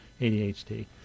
ADHD